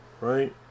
Right